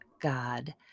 God